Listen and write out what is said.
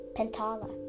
Pentala